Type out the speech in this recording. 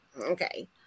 okay